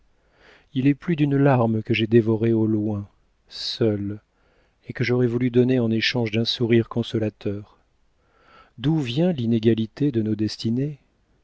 il est plus d'une larme que j'ai dévorée au loin seule et que j'aurais voulu donner en échange d'un sourire consolateur d'où vient l'inégalité de nos destinées